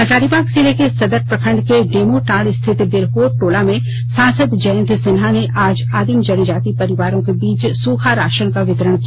हजारीबाग जिले के सदर प्रखंड के डेमोटांड़ स्थित बिरहोर टोला में सांसद जयंत सिन्हा ने आज आदिम जनजाति परिवारों के बीच सूखा राशन का वितरण किया